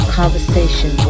conversation